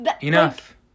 Enough